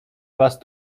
was